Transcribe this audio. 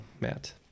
Matt